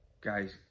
Guys